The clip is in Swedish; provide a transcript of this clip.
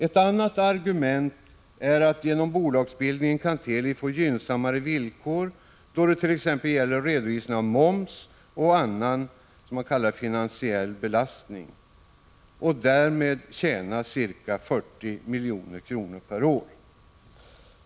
Ett annat argument är att Teli genom bolagsbildningen kan få gynnsammare villkor då det gäller t.ex. redovisning av moms och annan, som man kallar, finansiell belastning och därmed tjäna ca 40 milj.kr. per år.